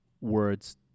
words